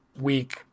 week